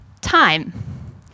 Time